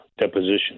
deposition